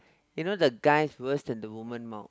you know the guys worse than the woman mouth